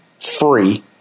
free